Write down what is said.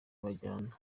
bajyana